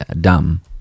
dumb